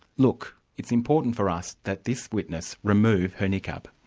l'ook, it's important for us that this witness remove her niqab?